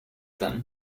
them